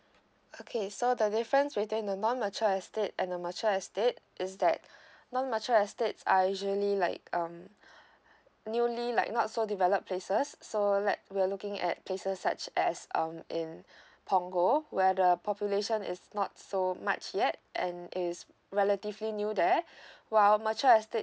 okay so the difference between the non mature estate and a mature estate is that non mature estates are usually like um newly like not so develop places so like we're looking at places such as um in punggol where the population is not so much yet and is relatively new there while mature estate